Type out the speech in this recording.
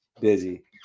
busy